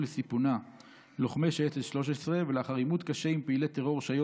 לסיפונה לוחמי השייטת 13 ולאחר עימות קשה עם פעילי טרור שהיו